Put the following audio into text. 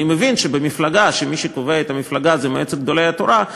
אני מבין שבמפלגה שמי שקובע את הרשימה זה מועצת גדולי התורה,